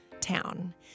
town